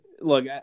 Look